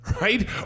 right